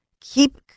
keep